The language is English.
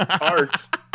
Art